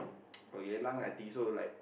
oh Geylang I think so like